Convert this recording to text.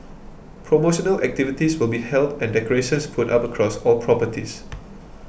promotional activities will be held and decorations put up across all properties